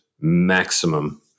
maximum